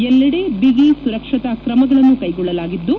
ಎಲ್ಲೆಡೆ ಬಿಗಿ ಸರುಕ್ಷತಾ ಕ್ರಮಗಳನ್ನು ಕ್ಲೆಗೊಳ್ಳಲಾಗಿದ್ದು